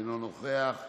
אינו נוכח,